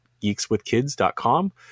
geekswithkids.com